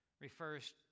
refers